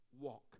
walk